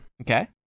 Okay